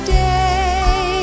day